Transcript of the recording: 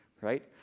right